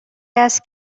است